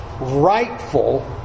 rightful